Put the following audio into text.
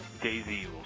daisy